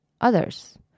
others